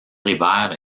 hiver